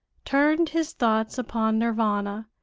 turned his thoughts upon nirvana,